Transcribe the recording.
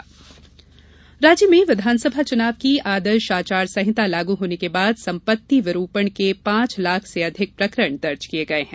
संपत्ति विरुपण राज्य में विधानसभा चुनाव की आदर्ष आचार संहिता लागू होने के बाद संपत्ति विरुपण के पांच लाख से अधिक प्रकरण दर्ज किए गए है